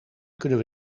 kunnen